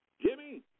Jimmy